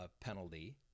penalty